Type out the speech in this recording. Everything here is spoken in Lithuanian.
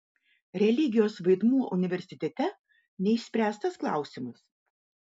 religijos vaidmuo universitete neišspręstas klausimas